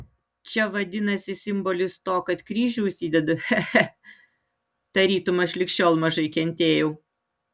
čia vadinasi simbolis to kad kryžių užsidedu che che tarytum aš lig šiol mažai kentėjau